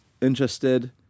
interested